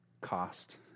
cost